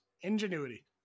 Ingenuity